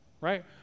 Right